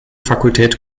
fakultät